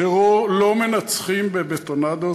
טרור לא מנצחים בבטונדות,